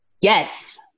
Yes